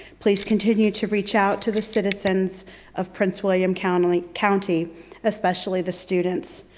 please continue to reach out to the citizens of prince william county county especially the students.